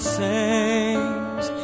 saves